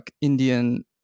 Indian